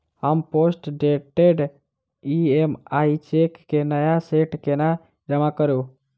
हम postdated EMI cheque केँ नया सेट केना जमा करू?